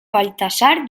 baltasar